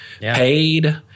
paid